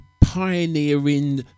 pioneering